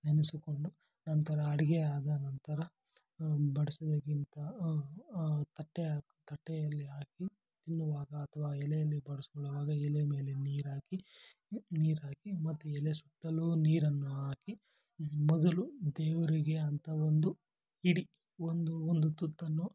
ನೆನೆಸಿಕೊಂಡು ನಂತರ ಅಡುಗೆ ಆದ ನಂತರ ಬಡ್ಸೋದಕ್ಕಿಂತ ತಟ್ಟೆ ತಟ್ಟೆಯಲ್ಲಿ ಹಾಕಿ ತಿನ್ನುವಾಗ ಅಥವಾ ಎಲೆಯಲ್ಲಿ ಬಡ್ಸ್ಕೊಳ್ಳೋವಾಗ ಎಲೆ ಮೇಲೆ ನೀರು ಹಾಕಿ ನೀರು ಹಾಕಿ ಮತ್ತು ಎಲೆ ಸುತ್ತಲೂ ನೀರನ್ನು ಹಾಕಿ ಮೊದಲು ದೇವರಿಗೆ ಅಂತ ಒಂದು ಹಿಡಿ ಒಂದು ಒಂದು ತುತ್ತನ್ನು